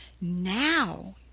now